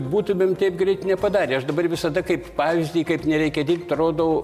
būtumėm taip greit nepadarę aš dabar visada kaip pavyzdį kaip nereikia dirbt rodau